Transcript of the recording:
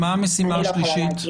מה המשימה השלישית?